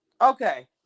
Okay